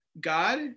God